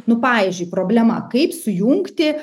nu pavyzdžiui problema kaip sujungti